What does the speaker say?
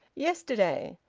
yesterday.